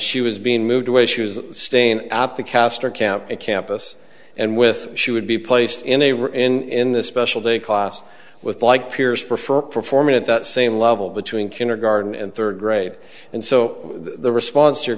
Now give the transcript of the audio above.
she was being moved away she was staying at the castor camp campus and with she would be placed in a rear end in this special day class with like peers prefer performing at that same level between kindergarten and third grade and so the response your